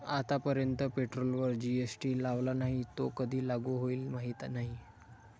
आतापर्यंत पेट्रोलवर जी.एस.टी लावला नाही, तो कधी लागू होईल माहीत नाही